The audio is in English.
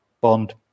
bond